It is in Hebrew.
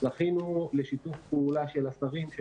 זכינו לשיתוף פעולה של השרים,